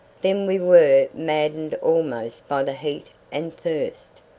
then we were maddened almost by the heat and thirst.